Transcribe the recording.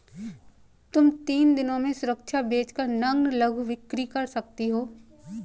तुम तीन दिनों में सुरक्षा बेच कर नग्न लघु बिक्री कर सकती हो